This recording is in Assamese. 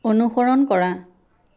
অনুসৰণ কৰা